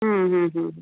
ہاں ہاں ہاں